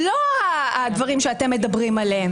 לא הדברים שאתם מדברים עליהם.